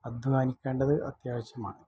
അദ്ധ്വാനിക്കേണ്ടത് അത്യാവശ്യമാണ്